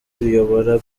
uyobora